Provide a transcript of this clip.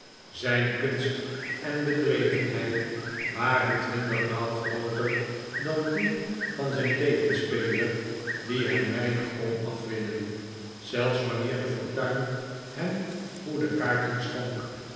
zijn kunst en bedrevenheid waren twintigmaal grooter dan die van zijn tegenspeler die hem weinig kon afwinnen zelfs wanneer de fortuin hem goede kaarten schonk